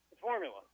formula